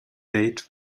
veit